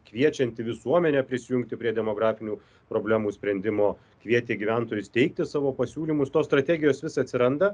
kviečianti visuomenę prisijungti prie demografinių problemų sprendimo kvietė gyventojus teikti savo pasiūlymus tos strategijos vis atsiranda